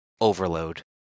overload